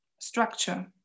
structure